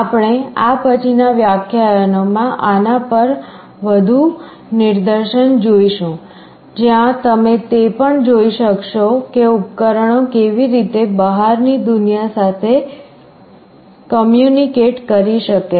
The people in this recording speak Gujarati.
આપણે આ પછીના વ્યાખ્યાનોમાં આના પર વધુ નિદર્શન જોઈશું જ્યાં તમે તે પણ જોઈ શકશો કે ઉપકરણો કેવી રીતે બહારની દુનિયા સાથે કમ્યૂનિકેટ કરી શકે છે